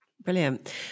Brilliant